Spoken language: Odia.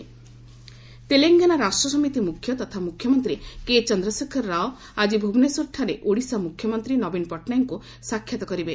ପଲିଟିକ୍କ ତେଲେଙ୍ଗନା ସିଏମ୍ ତେଲେଙ୍ଗନା ରାଷ୍ଟ୍ରସମିତି ମୁଖ୍ୟ ତଥା ମୁଖ୍ୟମନ୍ତ୍ରୀ କେ ଚନ୍ଦ୍ରଶେଖର ରାଓ ଆଜି ଭୁବନେଶ୍ୱରଠାରେ ଓଡିଶା ମୁଖ୍ୟମନ୍ତ୍ରୀ ନବୀନ ପଟ୍ଟନାୟକଙ୍କୁ ସାକ୍ଷାତ କରିବେ